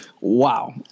Wow